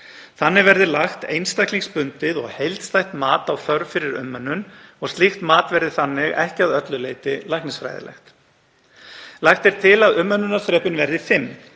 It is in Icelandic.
Þannig verði lagt einstaklingsbundið og heildstætt mat á þörf fyrir umönnun og slíkt mat verði þannig ekki að öllu leyti læknisfræðilegt. Lagt er til að umönnunarþrepin verði fimm